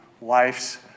life's